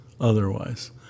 otherwise